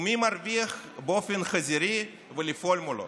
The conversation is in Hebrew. ומי מרוויח באופן חזירי ולפעול מולו,